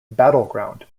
battleground